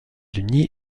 unis